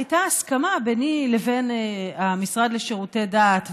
הייתה הסכמה ביני לבין המשרד לשירותי דת,